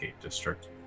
District